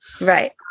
Right